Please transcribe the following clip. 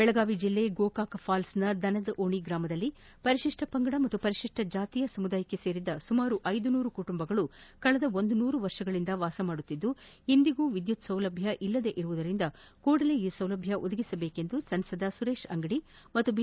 ಬೆಳಗಾವಿ ಜಿಲ್ಲೆ ಗೋಕಾಕ್ ಫಾಲ್ಸ್ ನ ದನದ ಓಣಿ ಗ್ರಾಮದಲ್ಲಿ ಪರಿತಿಷ್ಠ ಪಂಗಡ ಮತ್ತು ಪರಿತಿಷ್ಠ ಜಾತಿಯ ಸಮುದಾಯಕ್ಕೆ ಸೇರಿದ ಸುಮಾರು ಐದನೂರು ಕುಟುಂಬಗಳು ಕಳೆದ ನೂರು ವರ್ಷಗಳಿಂದಲೂ ವಾಸಿಸುತ್ತಿದ್ದು ಇಂದಿಗೂ ವಿದ್ಯುತ್ ಸೌಲಭ್ಞ ಇಲ್ಲದೆ ಇರುವುದರಿಂದ ಕೂಡಲೇ ಈ ಸೌಲಭ್ಯ ಒದಗಿಸಬೇಕೆಂದು ಸಂಸದ ಸುರೇತ ಅಂಗಡಿ ಮತ್ತು ಬಿ